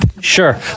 Sure